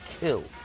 Killed